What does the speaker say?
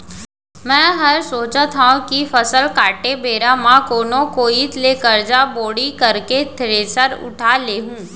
मैं हर सोचत हँव कि फसल काटे बेरा म कोनो कोइत ले करजा बोड़ी करके थेरेसर उठा लेहूँ